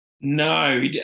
no